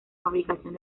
fabricación